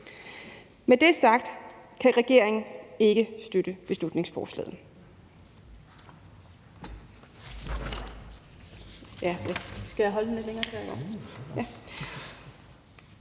Med det sagt kan regeringen ikke støtte beslutningsforslaget.